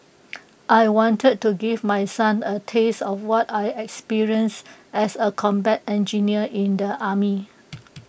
I wanted to give my son A taste of what I experienced as A combat engineer in the army